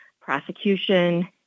prosecution